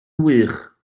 wych